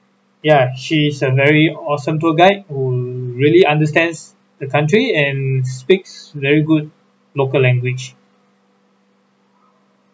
yeah she is a very awesome tour guide who really understands the country and speaks very good local language